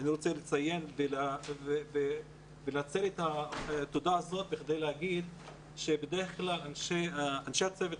אני רוצה לציין ולנצל את התודה הזאת כדי להגיד שבדרך כלל אנשי הצוות